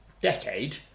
decade